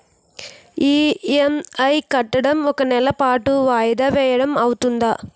EMI కట్టడం ఒక నెల పాటు వాయిదా వేయటం అవ్తుందా?